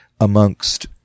amongst